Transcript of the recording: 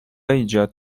ایجاد